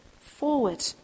forward